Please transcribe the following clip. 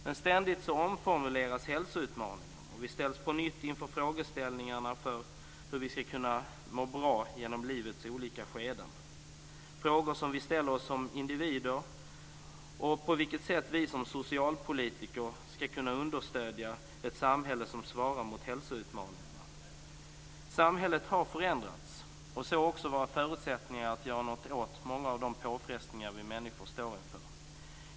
Men hälsoutmaningarna omformuleras ständigt, och vi ställs på nytt inför frågeställningarna om hur vi ska kunna må bra genom livets olika skeden som individer och på vilket sätt vi som socialpolitiker ska kunna understödja ett samhälle som svarar mot hälsoutmaningarna. Samhället har förändrats och så också våra förutsättningar att göra något åt många av de påfrestningar som vi människor står inför.